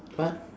what